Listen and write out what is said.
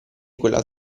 quella